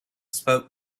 spoke